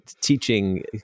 teaching